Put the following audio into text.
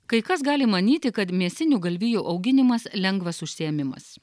kai kas gali manyti kad mėsinių galvijų auginimas lengvas užsiėmimas